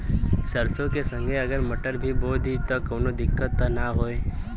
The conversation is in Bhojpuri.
सरसो के संगे अगर मटर भी बो दी त कवनो दिक्कत त ना होय?